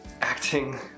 acting